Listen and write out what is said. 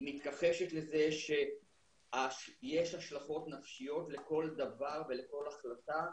היא מתכחשת לזה שיש השלכות נפשיות לכל דבר ולכל החלטה,